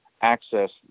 access